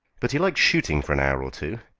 but he liked shooting for an hour or two.